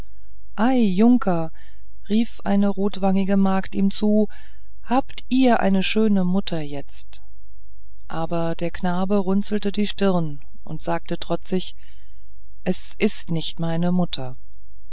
junker rief eine rotwangige magd ihm zu habt ihr eine schöne mutter jetzt aber der knabe runzelte die stirn und sagte trotzig es ist nicht meine mutter